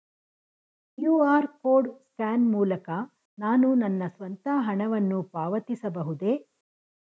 QR code scan ಮೂಲಕ ನಾನು ನನ್ನ ಸ್ವಂತ ಹಣವನ್ನು ಪಾವತಿಸಬಹುದೇ?